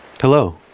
Hello